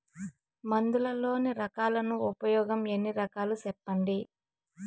మందులలోని రకాలను ఉపయోగం ఎన్ని రకాలు? సెప్పండి?